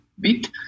bit